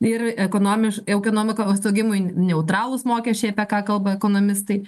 ir ekonomiš ekonomikos augimui neutralūs mokesčiai apie ką kalba ekonomistai